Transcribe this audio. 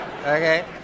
Okay